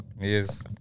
yes